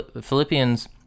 Philippians